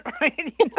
right